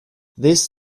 this